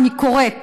ואני קוראת